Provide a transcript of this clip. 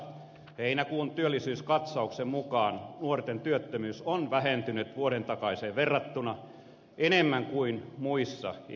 heinäkuun työllisyyskatsauksen mukaan nuorten työttömyys on vähentynyt vuoden takaiseen verrattuna enemmän kuin muissa ikäryhmissä